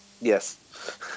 Yes